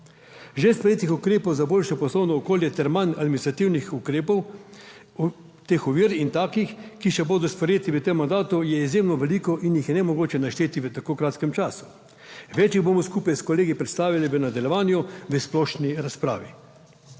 Že sprejetih ukrepov za boljše poslovno okolje ter manj administrativnih ukrepov teh ovir in takih, ki še bodo sprejeti v tem mandatu, je izjemno veliko in jih je nemogoče našteti v tako kratkem času. Več jih bomo skupaj s kolegi predstavili v nadaljevanju v splošni razpravi.